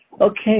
okay